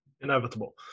inevitable